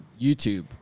YouTube